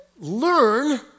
learn